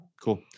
Cool